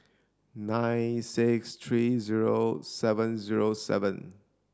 nine six three zero seven zero seven